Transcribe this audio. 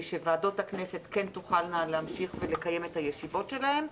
ועדות הכנסת תוכלנה להמשיך ולקיים את הישיבות שלהן.